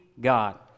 God